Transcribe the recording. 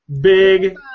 Big